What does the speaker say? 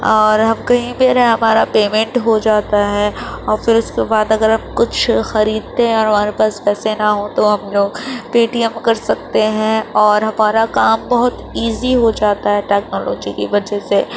اور ہم کہیں بھی رہیں ہمارا پیمنٹ ہو جاتا ہے اور پھر اُس کے بعد اگر ہم کچھ خریدتے ہے اور ہمارے پاس پیسے نہ ہوں تو ہم لوگ پی ٹی ایم کر سکتے ہیں اور ہمارا کام بہت ایزی ہو جاتا ہے ٹیکنالوجی کی وجہ سے